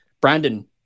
Brandon